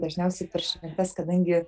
dažniausiai per šventes kadangi